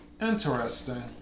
Interesting